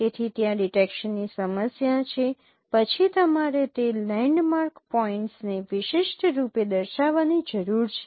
તેથી ત્યાં ડિટેકશનની સમસ્યા છે પછી તમારે તે લેન્ડમાર્ક પોઇન્ટ્સને વિશિષ્ટ રૂપે દર્શાવવાની જરૂર છે